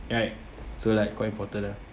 right so like quite important ah